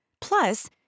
Plus